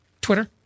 Twitter